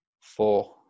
Four